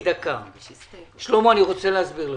אני רוצה להסביר לך,